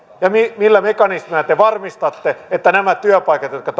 ja millä mekanismilla te varmistatte että nämä työpaikat jotka